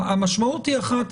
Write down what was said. המשמעות היא אחת,